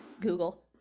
Google